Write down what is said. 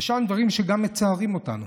ושם דברים שגם מצערים אותנו,